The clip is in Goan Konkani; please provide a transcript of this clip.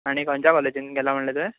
आनी खंयच्या कॉलेजीन गेलां म्हणले तुवें